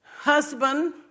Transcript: Husband